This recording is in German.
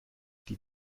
die